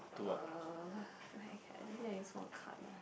uh like I think I just want cut lah